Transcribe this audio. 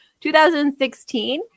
2016